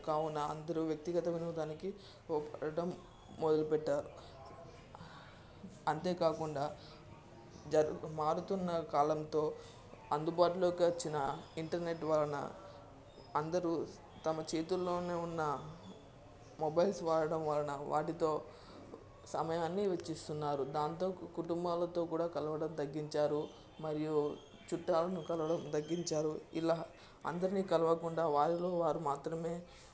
కావున అందరూ వ్యక్తిగతమైన వినోదానికి తోడ్పడడం మొదలుపెట్టారు అంతేకాకుండా జరుపు మారుతున్న కాలంతో అందుబాటులోకి వచ్చిన ఇంటర్నెట్ వలన అందరూ తమ చేతుల్లోనే ఉన్న మొబైల్స్ వాడటం వలన వాటితో సమయాన్ని వెచ్చిస్తున్నారు దాంతో కుటుంబాలతో కూడా కలవడం తగ్గించారు మరియు చుట్టాలను కలవడం తగ్గించారు ఇలా అందరినీ కలవకుండా వారిలో వారు మాత్రమే